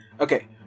Okay